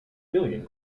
million